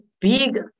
big